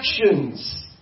actions